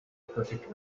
perfect